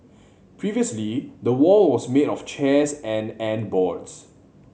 previously the wall was made of chairs and and boards